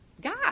God